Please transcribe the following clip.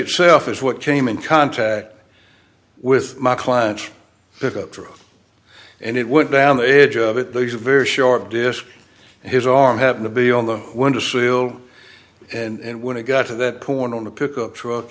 itself is what came in contact with my client pick up truck and it would down the edge of it there is a very short disc his arm happened to be on the wonder seal and when it got to that point on the pickup truck